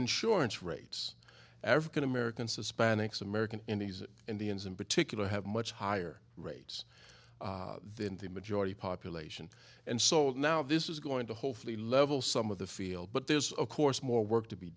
insurance rates african americans hispanics american in these indians in particular have much higher rates than the majority population and so now this is going to hopefully level some of the field but there's of course more work to be